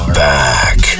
back